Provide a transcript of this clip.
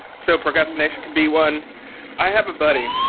so, procrastination can be one i have a buddy,